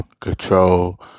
control